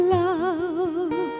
love